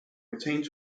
retained